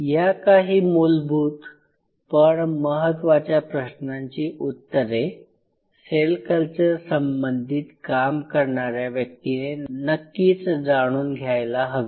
या काही मूलभूत पण महत्वाच्या प्रश्नांची उत्तरे सेल कल्चर संबंधित काम करणाऱ्या व्यक्तीने नक्कीच जाणून घ्यायला हवी